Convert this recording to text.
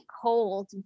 cold